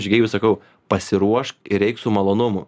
žygeiviui sakau pasiruošk ir eik su malonumu